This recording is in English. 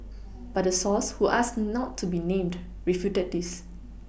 but the source who asked not to be named refuted this